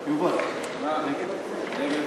2 לא נתקבלה.